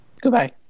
Goodbye